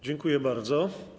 Dziękuję bardzo.